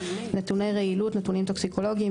3.3.4 נתוני רעילות (נתונים טוקסיקולוגיים);